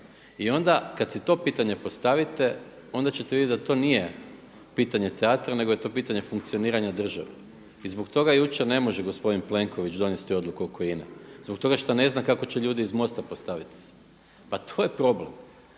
I onda kad si to pitanje postavite onda ćete vidjeti da to nije pitanje teatra nego je to pitanje funkcioniranja države. I zbog toga jučer ne može gospodin Plenković donesti odluku oko INA-e, zbog toga što ne zna kako će ljudi iz MOST-a postaviti se. Pa to je problem.